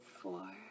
four